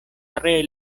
tre